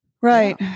Right